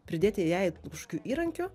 pridėt eiai kažkokių įrankių